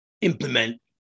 implement